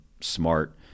smart